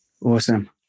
awesome